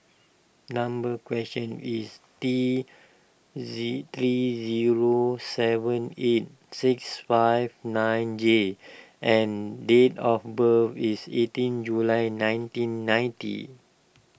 number question is T Z Z zero seven eight six five nine J and date of birth is eighteen July nineteen ninety